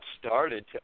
started